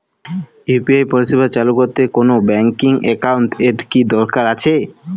UPI পরিষেবা চালু করতে কোন ব্যকিং একাউন্ট এর কি দরকার আছে?